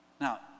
Now